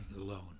alone